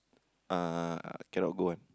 ah cannot go one